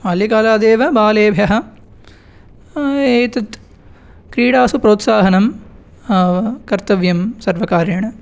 बाल्यकालादेव बालेभ्यः एतत् क्रीडासु प्रोत्साहनं कर्तव्यं सर्वकारेण